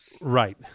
Right